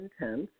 intense